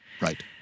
Right